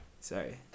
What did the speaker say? Sorry